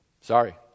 Sorry